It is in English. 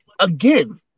again